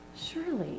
Surely